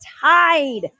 tied